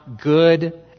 good